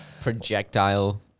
Projectile